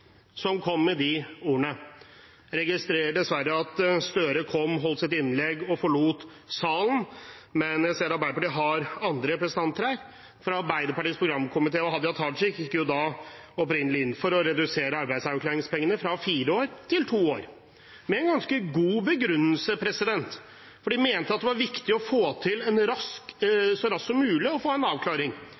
som kom med de ordene. Jeg registrerer dessverre at Gahr Støre kom, holdt sitt innlegg og forlot salen, men jeg ser Arbeiderpartiet har andre representanter her. Arbeiderpartiets programkomité og Hadia Tajik gikk opprinnelig inn for å redusere arbeidsavklaringspengene fra fire til to år – med en ganske god begrunnelse. De mente at det var viktig så raskt som mulig å få en avklaring, sånn at de som skal over på uføretrygd, kan komme seg over på uføretrygd, få